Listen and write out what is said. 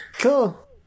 Cool